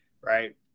right